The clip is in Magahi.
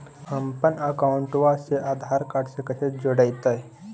हमपन अकाउँटवा से आधार कार्ड से कइसे जोडैतै?